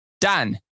Dan